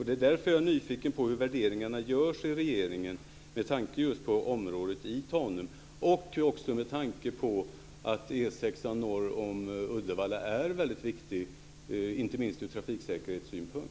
Det är därför jag är nyfiken på hur värderingarna görs i regeringen med tanke på området i Tanum och med tanke på att E 6 norr om Uddevalla är viktig inte minst ur trafiksäkerhetssynpunkt.